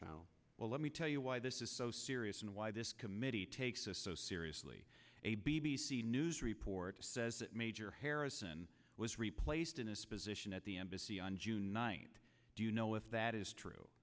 child well let me tell you why this is so serious and why this committee takes us so seriously a b b c news report says that major harrison was replaced in this position at the embassy on june ninth do you know if that is true